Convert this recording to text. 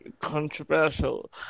controversial